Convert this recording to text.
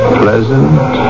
pleasant